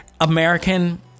American